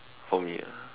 for me ah